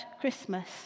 Christmas